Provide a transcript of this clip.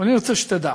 ואני רוצה שתדע,